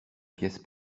pièce